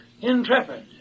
intrepid